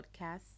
podcasts